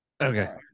Okay